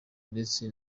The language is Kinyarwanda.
ndetse